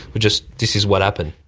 we just, this is what happened.